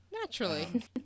Naturally